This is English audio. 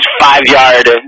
five-yard